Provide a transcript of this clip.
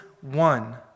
one